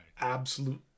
absolute